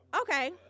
okay